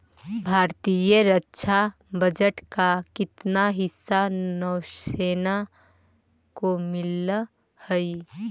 भारतीय रक्षा बजट का कितना हिस्सा नौसेना को मिलअ हई